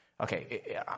Okay